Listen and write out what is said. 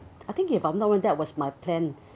I think if I'm not wrong that was my plan